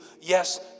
Yes